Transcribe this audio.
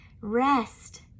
rest